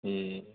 ए